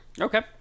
Okay